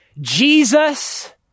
Jesus